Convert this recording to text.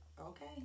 Okay